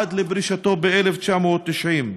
עד לפרישתו ב-1990.